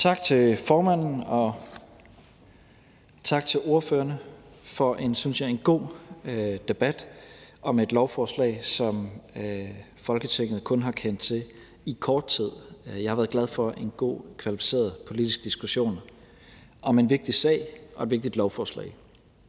Tak til formanden. Og tak til ordførerne for en, synes jeg, god debat om et lovforslag, som Folketinget kun har kendt til i kort tid. Jeg har været glad for en god, kvalificeret politisk diskussion om en vigtig sag og et vigtigt lovforslag.